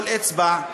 כל אצבע,